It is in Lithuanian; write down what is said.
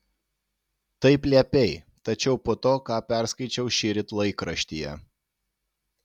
taip liepei tačiau po to ką perskaičiau šįryt laikraštyje